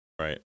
Right